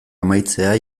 amaitzea